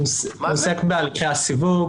הוא עוסק בסיווג,